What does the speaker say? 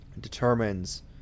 determines